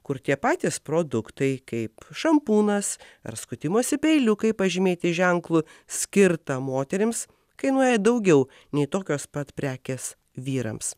kur tie patys produktai kaip šampūnas ar skutimosi peiliukai pažymėti ženklu skirtą moterims kainuoja daugiau nei tokios pat prekės vyrams